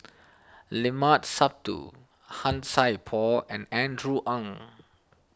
Limat Sabtu Han Sai Por and Andrew Ang